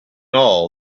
all